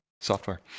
software